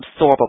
absorbable